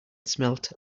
smelt